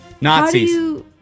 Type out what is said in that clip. Nazis